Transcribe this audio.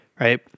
right